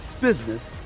business